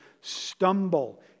stumble